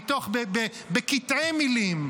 בקטעי מילים,